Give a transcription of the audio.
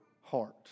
heart